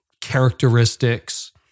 characteristics